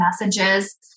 messages